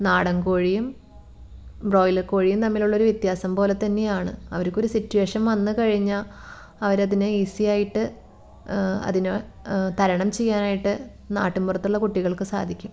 നാടൻ കോഴിയും ബ്രോയ്ലർ കോഴിയും തമ്മിലുള്ളൊരു വ്യത്യാസം പോലെ തന്നെയാണ് അവർക്കൊരു സിറ്റുവേഷൻ വന്ന് കഴിഞ്ഞാൽ അവർ അതിനെ ഈസി ആയിട്ട് അതിനെ തരണം ചെയ്യാനായിട്ട് നാട്ടിൻപുറത്തുള്ള കുട്ടികൾക്ക് സാധിക്കും